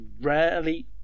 rarely